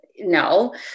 no